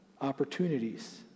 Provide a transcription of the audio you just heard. opportunities